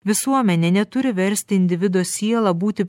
visuomenė neturi versti individo sielą būti